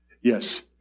yes